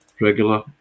Regular